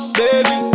baby